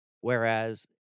Whereas